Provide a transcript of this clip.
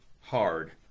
hard